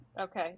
Okay